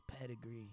pedigree